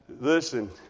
Listen